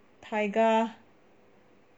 taiga